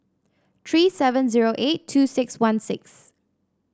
three seven zero eight two six one six